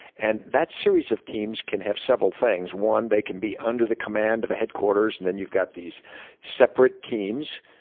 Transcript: and that series of teams can have several things. one, they can be under the command of the headquarters, and then you've got these separate teams.